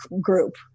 group